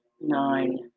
nine